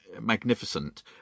magnificent